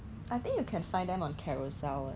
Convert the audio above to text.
ah ah 外面 but 他可能会